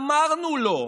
אמרנו לו,